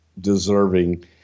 deserving